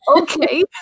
okay